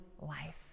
life